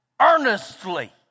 earnestly